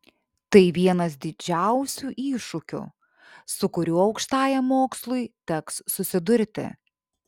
tai vienas didžiausių iššūkių su kuriuo aukštajam mokslui teks susidurti